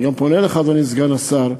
אני גם פונה אליך, אדוני סגן השר,